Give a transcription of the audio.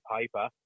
paper